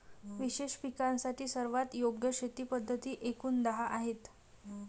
विशेष पिकांसाठी सर्वात योग्य शेती पद्धती एकूण दहा आहेत